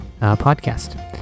podcast